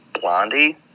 Blondie